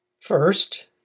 First